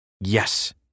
Yes